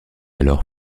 alors